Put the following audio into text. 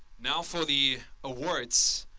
now for the awards.